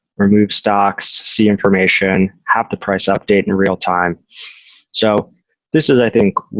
remove stocks, see information, half the price update in real-time. so this is i think,